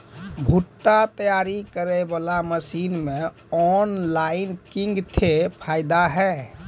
भुट्टा तैयारी करें बाला मसीन मे ऑनलाइन किंग थे फायदा हे?